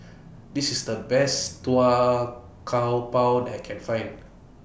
This IS The Best Pau I Can Find